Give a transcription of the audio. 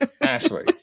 ashley